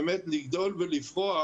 באמת, לגדול ולפרוח,